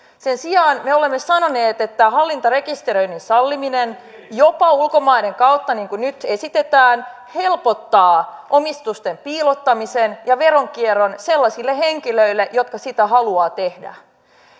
sen sijaan me olemme sanoneet että hallintarekisteröinnin salliminen jopa ulkomaiden kautta niin kuin nyt esitetään helpottaa omistusten piilottamista ja veronkiertoa sellaisille henkilöille jotka sitä haluavat tehdä